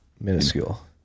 minuscule